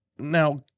Now